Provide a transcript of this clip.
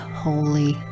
Holy